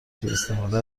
سوءاستفاده